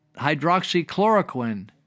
hydroxychloroquine